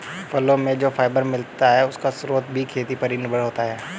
फलो से जो फाइबर मिलता है, उसका स्रोत भी खेती पर ही निर्भर है